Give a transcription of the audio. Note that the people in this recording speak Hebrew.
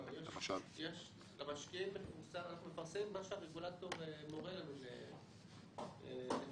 לא, אנחנו מפרסמים מה שהרגולטור מורה לנו לפרסם.